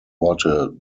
orte